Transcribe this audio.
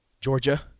Georgia